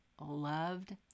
loved